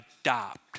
adopt